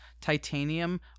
titanium